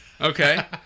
Okay